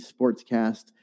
Sportscast